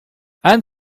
and